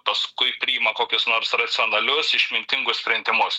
paskui priima kokius nors racionalius išmintingus sprendimus